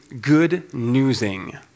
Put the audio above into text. good-newsing